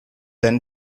then